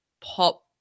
pop